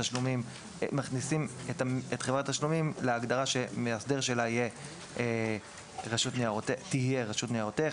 מכניסים את חברת התשלומים להגדרה שהמאסדר שלה תהיה רשות ניירות ערך.